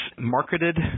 marketed